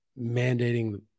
mandating